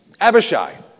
Abishai